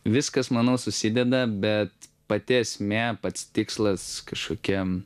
viskas manau susideda bet pati esmė pats tikslas kažkokia